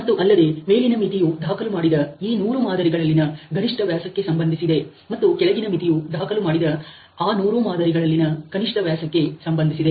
ಮತ್ತು ಅಲ್ಲದೆ ಮೇಲಿನ ಮಿತಿಯು ದಾಖಲು ಮಾಡಿದ ಈ ನೂರು ಮಾದರಿಗಳಲ್ಲಿನ ಗರಿಷ್ಠ ವ್ಯಾಸಕ್ಕೆ ಸಂಬಂಧಿಸಿದೆ ಮತ್ತು ಕೆಳಗಿನ ಮಿತಿಯು ದಾಖಲು ಮಾಡಿದ ಆ ನೂರು ಮಾದರಿಗಳಲ್ಲಿನ ಕನಿಷ್ಠ ವ್ಯಾಸಕ್ಕೆ ಸಂಬಂಧಿಸಿದೆ